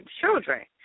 children